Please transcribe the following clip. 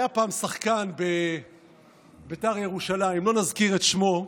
היה פעם שחקן בבית"ר ירושלים, לא נזכיר את שמו,